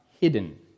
hidden